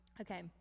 Okay